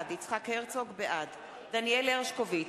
בעד דניאל הרשקוביץ,